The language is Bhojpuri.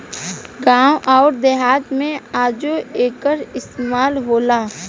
गावं अउर देहात मे आजो एकर इस्तमाल होला